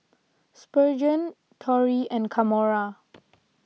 Spurgeon Torry and Kamora